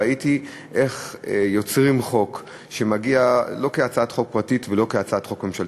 ראיתי איך יוצרים חוק שמגיע לא כהצעת חוק פרטית ולא כהצעת חוק ממשלתית,